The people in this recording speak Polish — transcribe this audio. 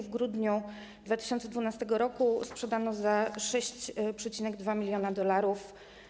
W grudniu 2012 r. sprzedano go za 6,2 mln dolarów.